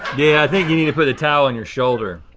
yeah i think you need to put the towel on your shoulder.